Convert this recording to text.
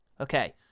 Okay